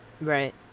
Right